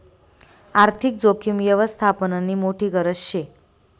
आर्थिक जोखीम यवस्थापननी मोठी गरज शे